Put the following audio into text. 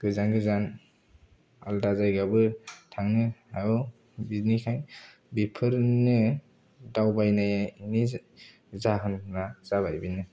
गोजान गोजान आल्दा जायगायावबो थांनो हागौ बिनिखाय बेफोरनो दावबायनायनि जाहोनफोरा जाबाय बेनो